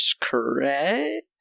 correct